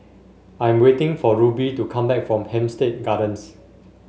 I am waiting for Ruby to come back from Hampstead Gardens